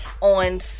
On